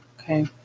okay